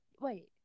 Wait